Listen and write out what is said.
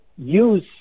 use